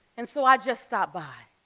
and so i just stopped by.